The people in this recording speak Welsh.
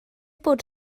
bod